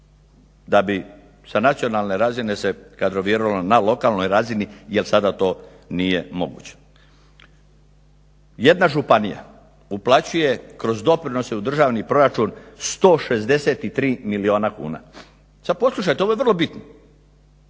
da bi sa nacionalne razine se kadroviralo na lokalnoj razini jer sada to nije moguće. Jedna županija uplaćuje kroz doprinose u državni proračun 163 milijuna kuna. Sad poslušajte, ovo je vrlo bitno.